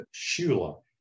Shula